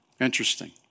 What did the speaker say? Interesting